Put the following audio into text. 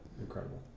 incredible